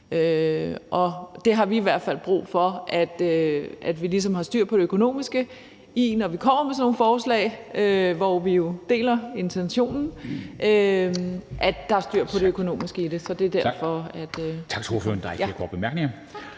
Vi har i hvert fald brug for, at vi ligesom har styr på det økonomiske, når man kommer med sådan nogle forslag, hvor vi jo deler intentionen. Kl. 14:04 Formanden (Henrik Dam